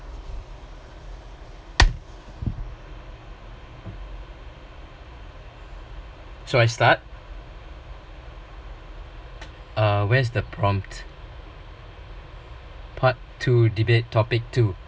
should I start uh where is the prompt part two debate topic two